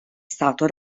stato